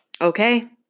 okay